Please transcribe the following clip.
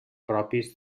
propis